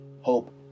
Hope